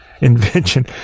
invention